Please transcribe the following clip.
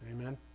Amen